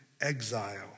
exile